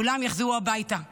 כולם יחזרו הביתה בשלום.